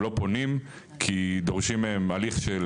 הם לא פונים כי דורשים מהם הליך של